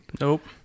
Nope